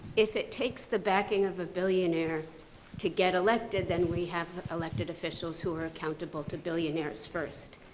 if it takes the backing of a billionaire to get elected, then we have elected officials who are accountable to billionaires first.